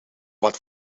wat